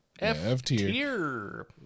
F-tier